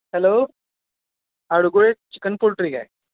hello Adgole chicken poultry काय